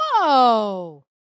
Whoa